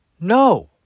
No